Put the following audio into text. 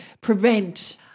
prevent